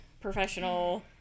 professional